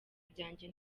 byanjye